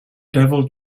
devil